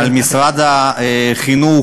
על משרד החינוך,